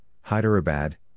Hyderabad